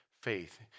faith